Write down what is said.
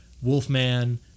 Wolfman